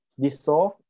dissolve